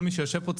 כל מי שיושב פה,